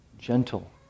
gentle